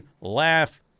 laugh